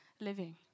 living